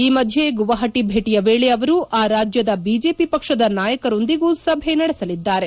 ಈ ಮಧ್ಯೆ ಗುವಾಹಟಿ ಭೇಟಿಯ ವೇಳೆ ಅವರು ಆ ರಾಜ್ಯದ ಬಿಜೆಪಿ ಪಕ್ಷದ ನಾಯಕರೊಂದಿಗೂ ಸಭೆ ನಡೆಸಲಿದ್ದಾರೆ